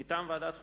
מטעם ועדת החוקה,